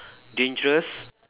dangerous